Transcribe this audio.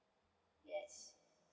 yes